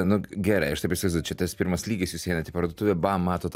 nu gerai aš taip įsivaizduoju čia tas pirmas lygis jūs einat į parduotuvę bam matot